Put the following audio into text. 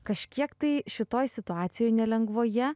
kažkiek tai šitoj situacijoj nelengvoje